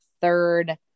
third